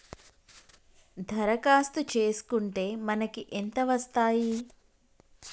దరఖాస్తు చేస్కుంటే మనకి ఎంత వస్తాయి?